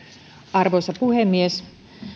arvoisa puhemies